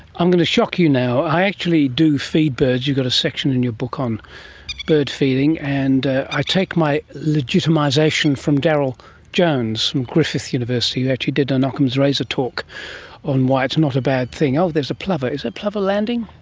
i'm going to shock you now. i actually do feed birds. you've got a section in your book on bird feeding. and i take my legitimisation from darryl jones from griffith university who actually did an ockham's razor talk on why it's not a bad thing. oh, there's a plover! is that a plover landing?